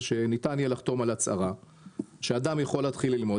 שניתן יהיה לחתום על הצהרה שאדם יכול להתחיל ללמוד,